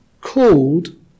called